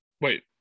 Wait